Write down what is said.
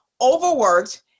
overworked